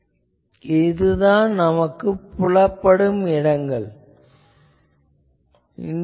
ஆகவே இதுதான் நமது புலப்படும் இடங்கள் ஆகும்